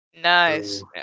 Nice